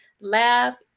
laugh